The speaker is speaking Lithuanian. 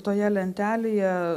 toje lentelėje